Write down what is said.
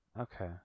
Okay